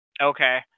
Okay